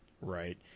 right